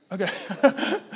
Okay